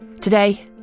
Today